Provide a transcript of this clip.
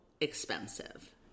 Expensive